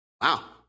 wow